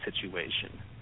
situation